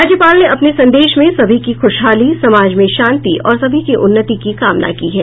राज्यपाल ने अपने संदेश में सभी की खुशहाली समाज में शांति और सभी की उन्नति की कामना की है